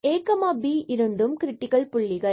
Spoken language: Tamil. இவை a b இரண்டும் கிரிடிகல் புள்ளிகள்